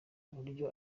uburyo